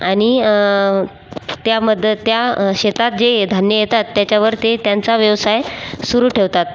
आणि त्या मदत त्या शेतात जे धान्य येतात त्याच्यावर ते त्यांचा व्यवसाय सुरू ठेवतात